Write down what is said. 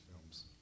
films